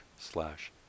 slash